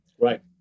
Right